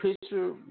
picture